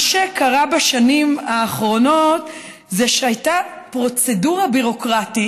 מה שקרה בשנים האחרונות זה שהייתה פרוצדורה ביורוקרטית